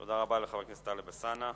תודה לחבר הכנסת טלב אלסאנע.